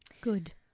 Good